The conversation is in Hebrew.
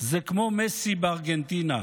כמו מסי בארגנטינה.